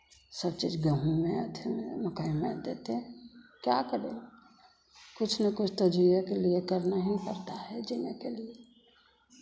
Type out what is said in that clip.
सब चीज़ गेहूं में अथि में मकई में देते हैं क्या करें कुछ ना कुछ तो जीये के लिए करना ही पड़ता है जीने के लिए